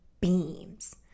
beams